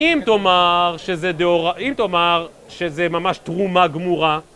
אם תאמר שזה ממש תרומה גמורה